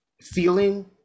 feeling